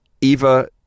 Eva